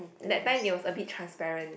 that time it was a bit transparent